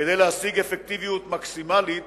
כדי להשיג אפקטיביות מקסימלית